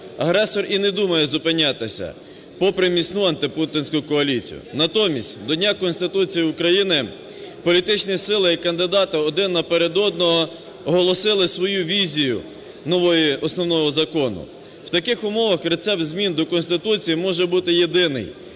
Агресор і не думає зупинятися попри міцну антипутінську коаліцію. Натомість до Дня Конституції України політичні сили і кандидати один перед одним оголосили свою візію нової Основного Закону. В таких умовах рецепт змін до Конституції може бути єдиний.